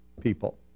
people